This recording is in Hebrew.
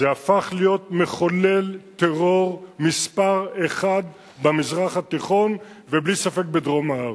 זה הפך להיות מחולל טרור מספר אחת במזרח התיכון ובלי ספק בדרום הארץ.